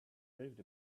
moved